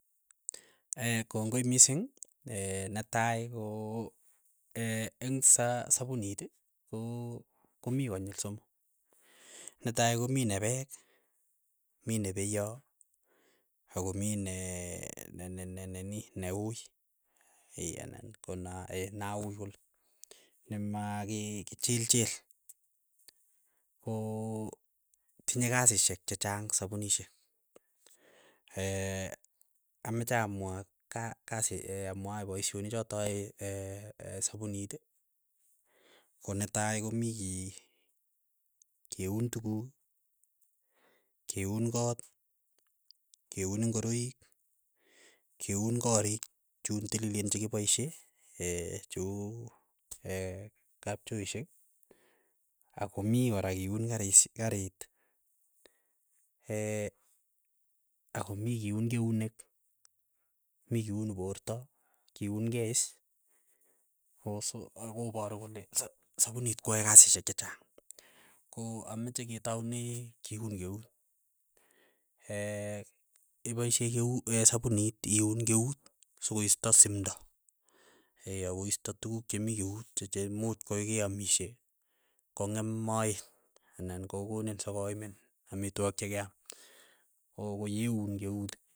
kongoi mising, netai ko eng' sa- sapunit ko- komii konyil somok, netai komii ne peek, mi ne peiyo ako mii ne ne- ne- nenini ne uui, anan kona ee, na uui kole, ne makii kichilchil, ko tinye kasishek chechang sapunishek, amache amwa ka- kas amwa paishonik chotok ae ee sapunit, ko netai komi ki keun tukuk, keun koot, keun ngoroik, keun korik chuun tiliten che kipoishe cheuu kapchoishek, ako mii kora iun karish kariit, ako mii kiun keunek, mi kiuun porto, kiunkei is, ko so, ako paru kole sa- sapunit kwae kasishek chechang, ko ameche ketaune kiun keut, ipaishe keu sapunit iuun keut sokoisto simndo, akoisto tukuk chemii keut che che muuch koi keamishe kong'em moet, anan kokonin sokoimin amitwogik chekeam, ko koyeun kuet.